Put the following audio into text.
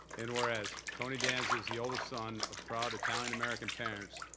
and whereas, tony danza is the oldest son of proud italian american parents,